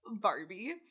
barbie